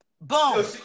boom